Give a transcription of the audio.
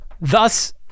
thus